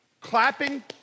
clapping